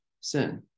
sin